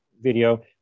video